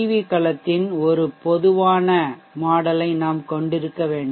we கலத்தின் ஒரு பொதுவான மாதிரிமாடல்யை நாம் கொண்டிருக்க வேண்டும்